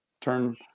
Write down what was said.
turn